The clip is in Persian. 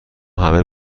همه